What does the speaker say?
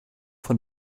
von